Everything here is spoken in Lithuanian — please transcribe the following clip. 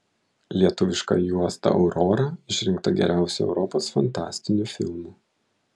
lietuviška juosta aurora išrinkta geriausiu europos fantastiniu filmu